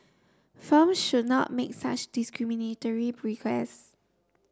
firms should not make such discriminatory requests